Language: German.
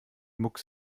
mucks